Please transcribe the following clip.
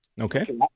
okay